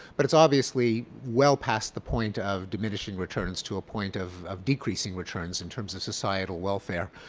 but it's obviously well past the point of diminishing returns to a point of of decreasing returns in terms of societal welfare.